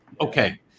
Okay